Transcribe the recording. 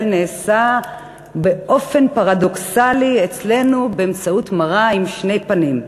נעשתה אצלנו באופן פרדוקסלי באמצעות מראה עם שני פנים,